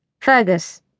Fergus